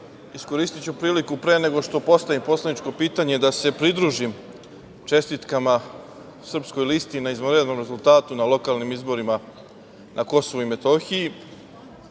priliku pre nego što postavim poslaničko pitanje, da se pridružim čestitkama Srpskoj listi na izvanrednom rezultatu na lokalnim izborima na KiM, na pobedi